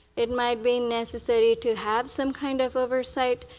it might be necessary to have some kind of oversight.